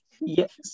Yes